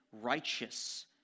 Righteous